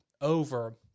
over